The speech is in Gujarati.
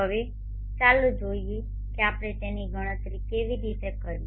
હવે ચાલો જોઈએ કે આપણે તેની ગણતરી કેવી રીતે કરીએ